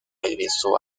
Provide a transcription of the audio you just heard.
regresó